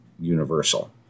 Universal